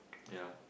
yeah